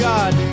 God